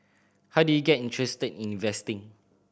how did you get interested in investing